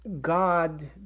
God